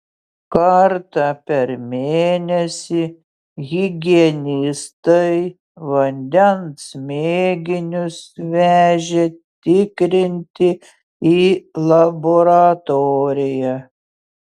kartą per mėnesį higienistai vandens mėginius vežė tikrinti į laboratoriją